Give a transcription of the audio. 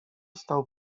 stał